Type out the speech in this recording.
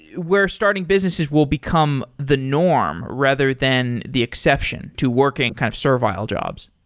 where starting businesses will become the norm rather than the exception to working kind of servile jobs.